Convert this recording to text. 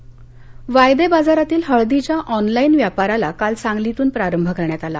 हळद वायदे बाजारातील हळदीच्या ऑनलाईन व्यापाराला काल सांगलीतून प्रारंभ करण्यात आला